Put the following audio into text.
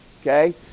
Okay